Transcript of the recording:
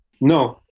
No